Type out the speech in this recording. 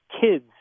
kids